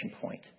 point